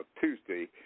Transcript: Tuesday